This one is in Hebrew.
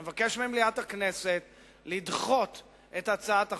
אני מבקש ממליאת הכנסת לדחות את הצעת החוק.